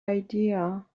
idea